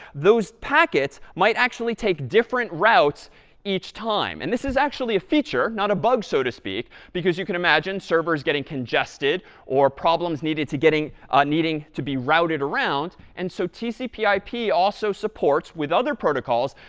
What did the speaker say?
those packets might actually take different routes each time. and this is actually a feature, not a bug, so to speak, because you can imagine servers getting congested or problems needed to getting needing to be routed around. and so tcp ip also supports, with other protocols,